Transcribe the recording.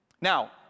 Now